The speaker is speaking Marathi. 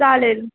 चालेल